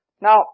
Now